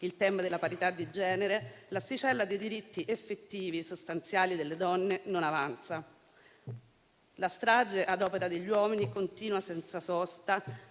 tema della parità di genere, l'asticella dei diritti effettivi e sostanziali delle donne non avanza. La strage ad opera degli uomini continua senza sosta